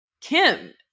Kim